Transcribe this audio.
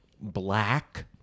black